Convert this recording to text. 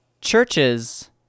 Churches